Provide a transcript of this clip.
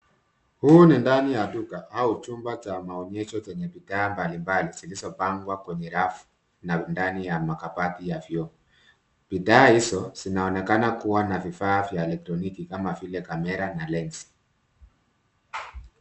Huu ni ndani ya duka au chumba cha maonyesho chenye bidhaa mbalimbali zilizopandwa kwenye rafu na ndani ya makabati ya vioo. Bidhaa hizo zinaonekana kuwa na vifaa vya kielektroniki kama vile kamera na lensi.